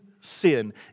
sin